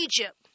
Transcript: Egypt